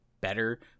better